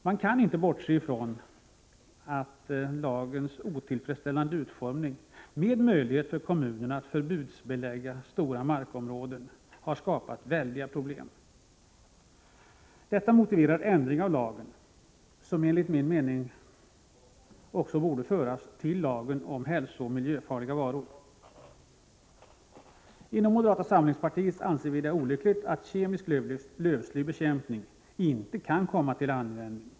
Man kan inte bortse från att lagens otillfredsställande utformning, med möjlighet för kommunerna att förbudsbelägga stora markområden, har skapat väldiga problem. Detta motiverar en ändring av lagen, som enligt min mening också borde föras till lagen om hälsooch miljöfarliga varor. Inom moderata samlingspartiet anser vi det olyckligt att kemisk lövslybekämpning inte kan komma till användning.